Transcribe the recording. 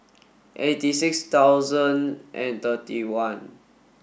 eighty six thousand and thirty one